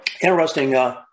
interesting